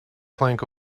plank